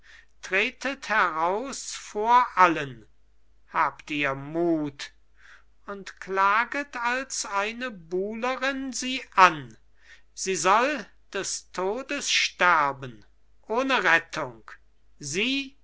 tretet heraus vor allen habt ihr mut und klaget als eine buhlerin sie an sie soll des todes sterben ohne rettung sie